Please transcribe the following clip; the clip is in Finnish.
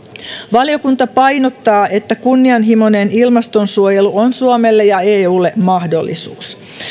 valiokunta painottaa että kunnianhimoinen ilmastonsuojelu on suomelle ja eulle mahdollisuus